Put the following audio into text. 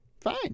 Fine